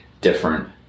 different